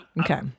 Okay